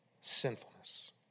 sinfulness